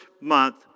month